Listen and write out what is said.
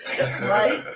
Right